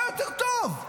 מה יותר טוב?